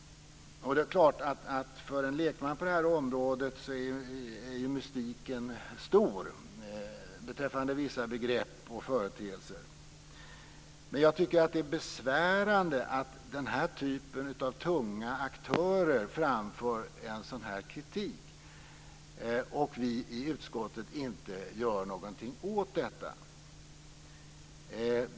För en lekman på det här området är mystiken stor beträffande vissa begrepp och företeelser. Men jag tycker att det är besvärande att den typen av tunga aktörer framför en sådan kritik och vi i utskottet inte gör någonting åt detta.